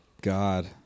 god